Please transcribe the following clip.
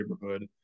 neighborhood